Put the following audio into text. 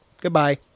goodbye